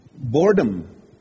Boredom